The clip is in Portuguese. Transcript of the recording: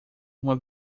uma